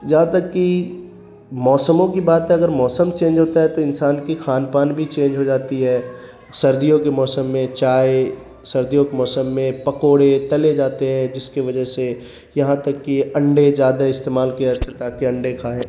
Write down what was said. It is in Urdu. جہاں تک کہ موسموں کی بات ہے اگر موسم چینج ہوتا ہے تو انسان کی کھان پان بھی چینج ہو جاتی ہے سردیوں کے موسم میں چائے سردیوں کے موسم میں پکوڑے تلے جاتے ہیں جس کے وجہ سے یہاں تک کہ انڈے زیادہ استعمال کیا تاکہ انڈے کھائیں